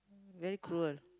very cruel